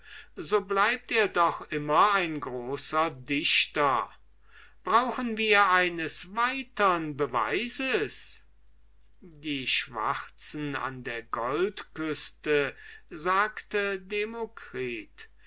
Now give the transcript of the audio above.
so bleibt er doch immer ein großer dichter brauchen wir eines weitern beweises die schwarzen an der goldküste sagte demokritus